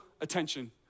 attention